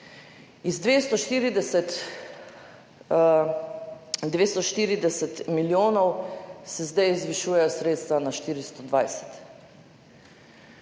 Iz 240 milijonov se zdaj zvišujejo sredstva na 420.